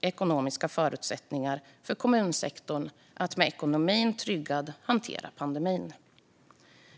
ekonomiska förutsättningar för kommunsektorn att med ekonomin tryggad hantera pandemin.